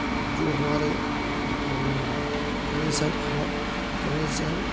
जो हमारे कमीसन हमा कमीसन